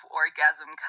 orgasm